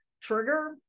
trigger